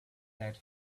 that